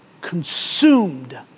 consumed